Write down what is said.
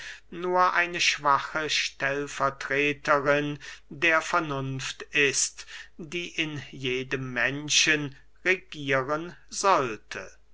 nur eine schwache stellvertreterin der vernunft ist die in jedem menschen regieren sollte